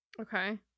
Okay